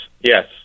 yes